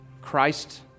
Christ